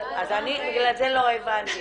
אני בגלל זה לא הבנתי.